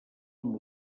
amb